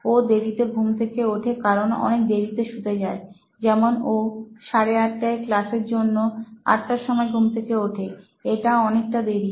ও দেরিতে ঘুম থেকে ওঠে কারণ অনেক দেরিতে শুতে যায় যেমন ও 830 এর ক্লাসের জন্য 800 সময় ঘুম থেকে ওঠে এটা অনেকটা দেরি